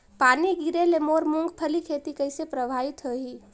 पानी गिरे ले मोर मुंगफली खेती कइसे प्रभावित होही?